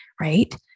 right